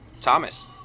Thomas